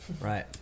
Right